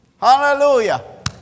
Hallelujah